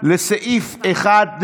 לסעיף 1,